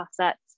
assets